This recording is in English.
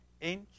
inch